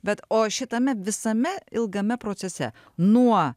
bet o šitame visame ilgame procese nuo